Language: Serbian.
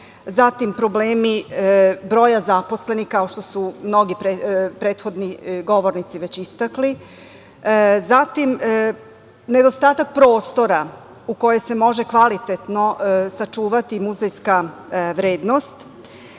problemi broja zaposlenih, kao što su mnogi prethodni govornici već istakli, nedostatak prostora u kojem se može kvalitetno sačuvati muzejska vrednost.